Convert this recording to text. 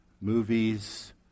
movies